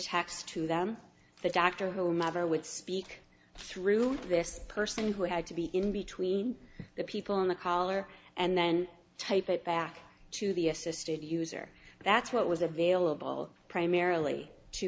text to them the doctor who mother would speak through this person who had to be in between the people in the collar and then type it back to the assisted user that's what was available primarily